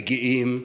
אליי מגיעים,